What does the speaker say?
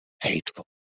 hateful